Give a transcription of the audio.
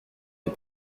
des